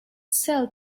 sell